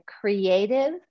creative